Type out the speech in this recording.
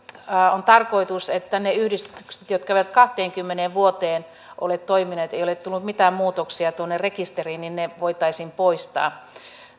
on tarkoitus että ne yhdistykset jotka eivät kahteenkymmeneen vuoteen ole toimineet joista ei ole tullut mitään muutoksia tuonne rekisteriin voitaisiin poistaa